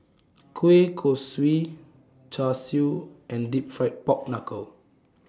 Kueh Kosui Char Siu and Deep Fried Pork Knuckle